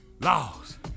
Laws